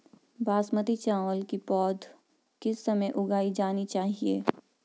बासमती चावल की पौध किस समय उगाई जानी चाहिये?